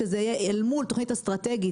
שזה יהיה אל מול תוכנית אסטרטגית.